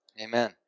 Amen